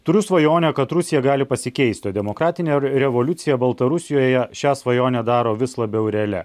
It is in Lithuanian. turiu svajonę kad rusija gali pasikeisti o demokratinė revoliucija baltarusijoje šią svajonę daro vis labiau realia